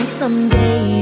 someday